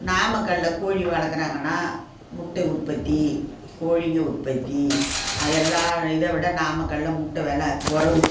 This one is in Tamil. நாமக்கல்லில் கோழி வளர்க்குறாங்கன்னா முட்டை உற்பத்தி கோழிங்க உற்பத்தி எல்லா இதைவிட நாமக்கல்லில் முட்டை வெலை கொறைவு